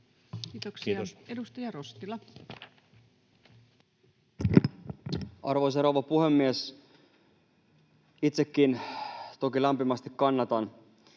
Kiitoksia. — Edustaja Rostila. Arvoisa rouva puhemies! Itsekin toki lämpimästi kannatan